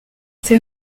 ces